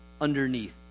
underneath